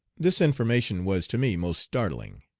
this information was to me most startling.